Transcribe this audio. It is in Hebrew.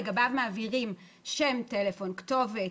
לגביו מעבירים שם, טלפון, כתובת,